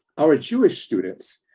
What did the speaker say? our jewish students,